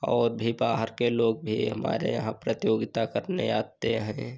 और भी बाहर के लोग भी हमारे यहाँ प्रतियोगिता करने आते हैं